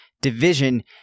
division